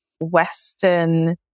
Western